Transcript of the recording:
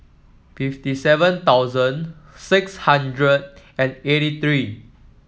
fifty seven thousand six hundred and eighty three